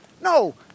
No